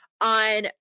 on